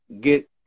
get